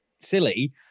silly